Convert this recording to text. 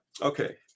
Okay